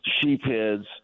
sheepheads